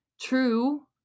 True